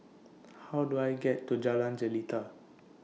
How Do I get to Jalan Jelita